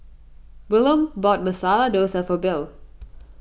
Wilhelm bought Masala Dosa for Bill